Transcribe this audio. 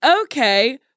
okay